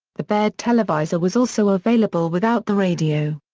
the baird televisor was also available without the radio.